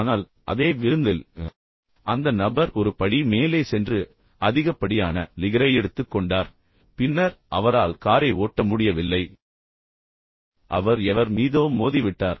ஆனால் அதே விருந்தில் அந்த நபர் ஒரு படி மேலே சென்று அதிகப்படியான லிகரை எடுத்துக் கொண்டார் பின்னர் அவரால் காரை ஓட்ட முடியவில்லை அவர் எவர் மீதோ மோதிவிட்டார்